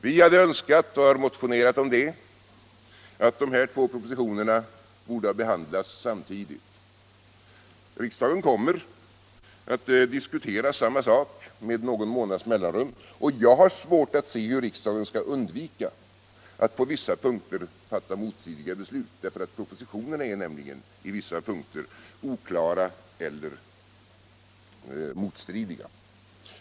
Vi hade önskat — vi har motionerat därom — att dessa två propositioner behandlats samtidigt. Riksdagen kommer nu att diskutera samma sak med någon månads mellanrum, och jag har svårt att se hur riksdagen skall kunna undvika att på vissa punkter fatta motstridiga beslut. Propositionerna är nämligen på vissa punkter oklara eller motstridiga.